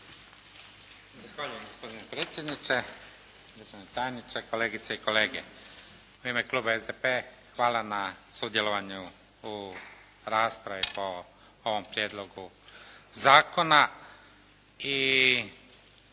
hvala na sudjelovanju u raspravi po ovom prijedlogu zakona.